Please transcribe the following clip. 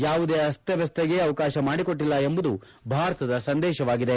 ಯಾವುದೇ ಅಸ್ತವ್ಯಸ್ತತೆಗೆ ಅವಕಾಶ ಮಾಡಿಕೊಟ್ಲಿಲ್ಲ ಎಂಬುದು ಭಾರತದ ಸಂದೇಶವಾಗಿದೆ